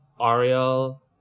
Ariel